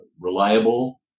reliable